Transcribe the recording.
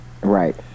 right